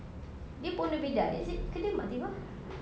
dia bonda bedah is it ke dia mak timah